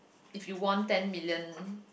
if you won ten million